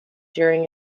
during